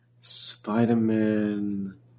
Spider-Man